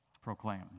proclaim